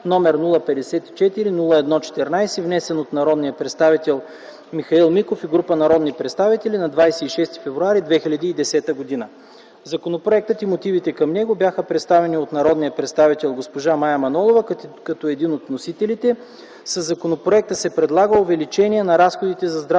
г., № 054-01-14, внесен от народния представител Михаил Миков и група народни представители на 26 февруари 2010 г. Законопроектът и мотивите към него бяха представени от народния представител госпожа Мая Манолова като един от вносителите. Със законопроекта се предлага увеличение на разходите за